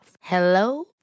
Hello